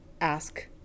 ask